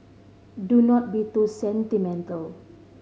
do not be too sentimental